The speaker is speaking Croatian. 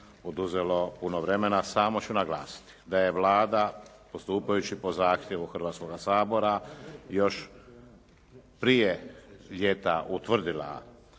oduzelo puno vremena. Samo ću naglasiti da je Vlada, postupajući po zahtjevu Hrvatskoga sabora, još prije ljeta utvrdila